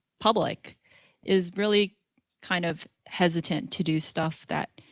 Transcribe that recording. public is really kind of hesitant to do stuff that